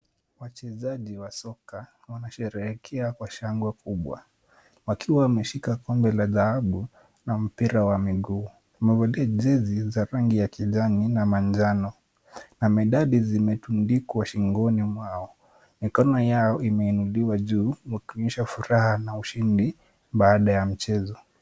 Wachezaji wa soka wanasherehekea kwa shangwe kubwa. Wakiwa wameshika kombe la dhahabu na mpira wa miguu. Wamevalia jezi za rangi ya kijani na manjano na medali zimetundikwa shingoni mwao. Mikono yao imeinuliwa juu ikionyesha furaha na ushindi baada ya mchezo.